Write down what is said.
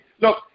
Look